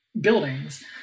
buildings